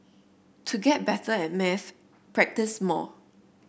to get better at maths practise more